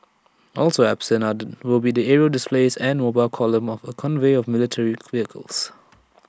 also absent will be the aerial displays and mobile column of A convoy of military vehicles